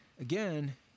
again